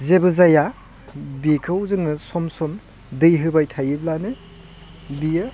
जेबो जाया बेखौ जोङो सम सम दै होबाय थायोब्लानो बियो